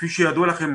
כפי שידוע לכם,